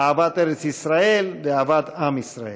אהבת ארץ ישראל ואהבת עם ישראל.